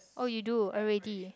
oh you do already